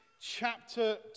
chapter